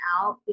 out